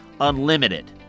unlimited